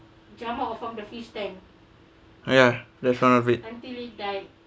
ya the fun of it